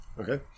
Okay